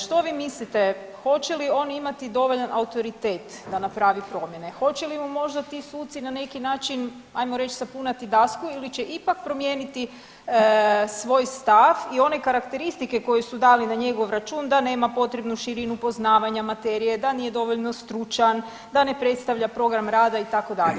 Što vi mislite hoće li on imati dovoljan autoritet da napravi promjene, hoće li mu možda ti suci na neki način ajmo reći sapunati dasku ili će ipak promijeniti svoj stav i one karakteristike koje su dali na njegov račun, da nema potrebnu širinu poznavanja materije, da nije dovoljno stručna, da ne predstavlja program rada itd.